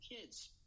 kids